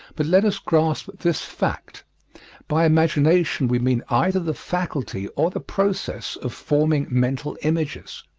but let us grasp this fact by imagination we mean either the faculty or the process of forming mental images.